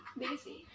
busy